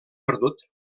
perdut